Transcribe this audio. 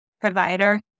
provider